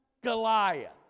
Goliath